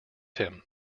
him